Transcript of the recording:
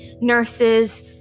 nurses